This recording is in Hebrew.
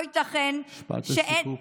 משפט סיכום.